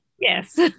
yes